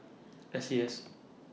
S C S